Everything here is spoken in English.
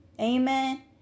Amen